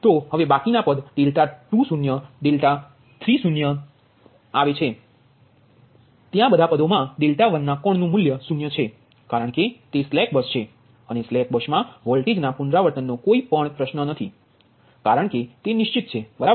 તેથી હવે બાકીના પદ 20 20 30 આવે છે ત્યાં બધા પદો મા 1ના કોણ નુ મૂલ્ય 0 છે કારણ કે તે સ્લેક બસ છે અને સ્લેક બસ મા વોલ્ટેજ ના પુનરાવર્તનનો કોઈ પ્રશ્ન નથી કારણ કે તે નિશ્ચિત છે બરાબર